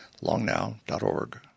longnow.org